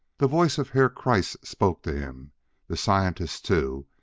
the voice of herr kreiss spoke to him the scientist, too,